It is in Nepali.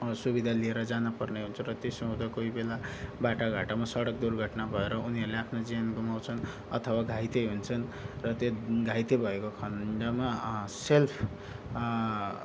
सुविधा लिएर जानुपर्ने हुन्छ र त्यसो हुँदा कोही बेला बाटाघाटामा सडक दुर्घटना भएर उनीहरूले आफ्नो ज्यान गुमाउँछन् अथवा घाइते हुन्छन् र त्यो घाइते भएको खन्डमा सेल्फ